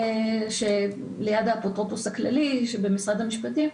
ליד האפוטרופוס הכללי במשרד המשפטים,